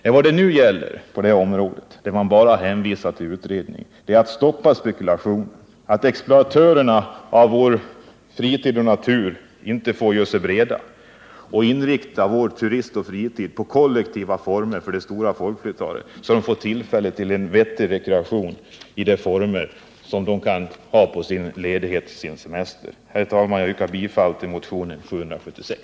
Nej, vad det nu gäller på det här området, där man bara hänvisar till utredningen, är att stoppa spekulationen, så att exploatörerna av vår fritid och natur inte får göra sig breda. Vi måste inrikta vår turism och vår fritid på kollektiva former för det stora folkflertalet, så att man får tillfälle till en vettig rekreation under sin ledighet, under sin semester. Herr talman! Jag yrkar bifall till motionen 776.